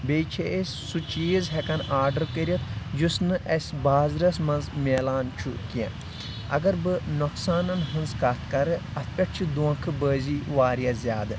بیٚیہِ چھِ أسۍ سُہ چیٖز ہیٚکان آڈر کٔرِتھ یُس نہٕ اَسہِ بازرَس منٛز میلان چھُ کینٛہہ اگر بہٕ نۄقصانن ہٕنٛز کتھ کرٕ اتھ پؠٹھ چھِ دونٛکھہٕ بٲزی واریاہ زیادٕ